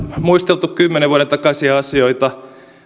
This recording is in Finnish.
muisteltu kymmenen vuoden takaisia asioita